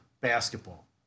basketball